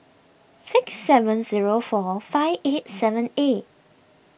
six seven zero four five eight seven eight